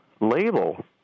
label